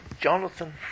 Jonathan